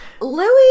Louis